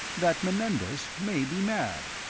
that menendez may be mad.